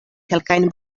kelkajn